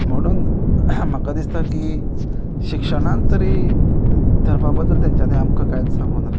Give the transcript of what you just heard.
म्हणून म्हाका दिसता की शिक्षणान तरी धर्मा बद्दल तेंच्यानी आमकां कांयच सांगू ना